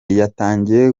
yatangiye